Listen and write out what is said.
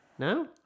No